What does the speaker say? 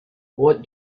what